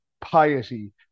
piety